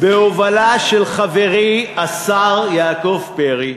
בהובלה של חברי השר יעקב פרי.